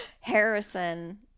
Harrison